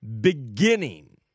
beginning